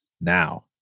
now